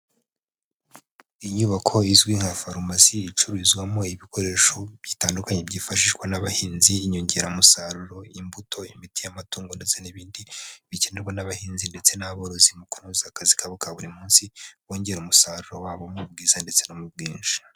Inyubako izwi nka farumasi, icururizwamo ibikoresho bitandukanye byifashishwa n'abahinzi, inyongeramusaruro, imbuto, imiti y'amatungo, ndetse n'ibindi bikenerwa n'abahinzi ndetse n'aborozi mu kunoza akazi kabo ka buri munsi, bongera umusaruro wabo mu bwiza ndetse no mu bwinshi.